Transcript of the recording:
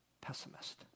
pessimist